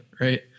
right